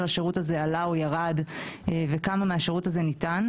השירות הזה עלה או ירד וכמה מהשירות הזה ניתן.